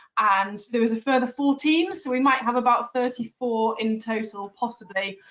and there was a further fourteen, so we might have about thirty four in total possibly.